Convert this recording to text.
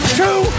two